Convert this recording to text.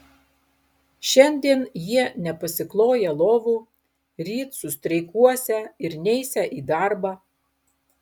šiandien jie nepasikloją lovų ryt sustreikuosią ir neisią į darbą